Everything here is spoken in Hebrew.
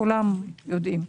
כולם יודעים.